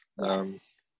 Yes